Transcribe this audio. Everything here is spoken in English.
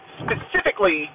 specifically